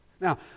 Now